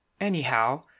Anyhow